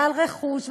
ועל רכוש,